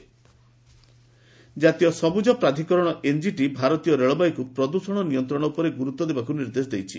green ରେଲଓ୍ଜେକ୍ ଜାତୀୟ ସବୁଜ ପ୍ରାଧିକରଣ ଏନ୍ଜିଟି ଭାରତୀୟ ରେଳବାଇକୁ ପ୍ରଦୃଷଣ ନିୟନ୍ତ୍ରଣ ଉପରେ ଗୁରୁତ୍ୱ ଦେବାକୁ ନିର୍ଦ୍ଦେଶ ଦେଇଛି